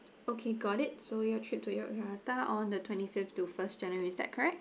okay got it so your trip to yogyakarta on the twenty fifth to first january is that correct